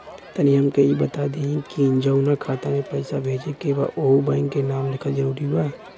तनि हमके ई बता देही की जऊना खाता मे पैसा भेजे के बा ओहुँ बैंक के नाम लिखल जरूरी बा?